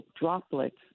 droplets